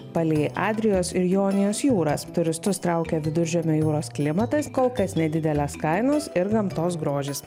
palei adrijos ir jonijos jūras turistus traukia viduržemio jūros klimatas kol kas nedidelės kainos ir gamtos grožis